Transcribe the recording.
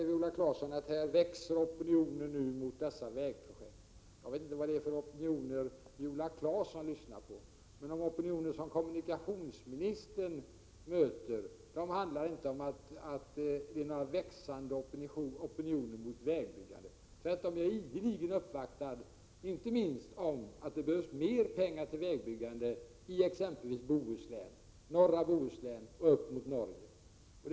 Viola Claesson säger att opinionen växer mot dessa vägprojekt. Jag vet inte vilka opinioner hon lyssnar på, men vad kommunikationsministern möter är inte någon växande opinion mot vägbyggande. Tvärtom uppvaktas jag ideligen om att det behövs mer pengar till vägbyggande i exempelvis norra Bohuslän och upp mot Norge.